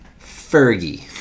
Fergie